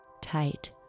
Tight